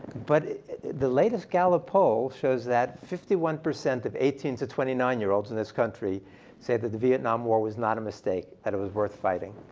but the latest gallup poll shows that fifty one percent of eighteen to twenty nine year olds in this country say that the vietnam war was not a mistake and it was worth fighting.